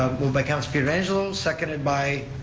moved by councilor pietrangelo, seconded by